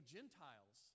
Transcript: Gentiles